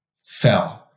fell